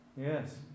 Yes